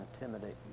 intimidate